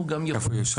איפה היא אושר?